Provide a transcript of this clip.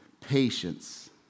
patience